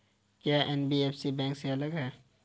क्या NBFC bank से अलग है?